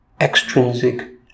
extrinsic